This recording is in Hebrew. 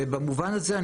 במובן הזה,